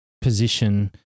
position